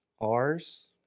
R's